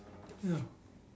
ya